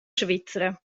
svizra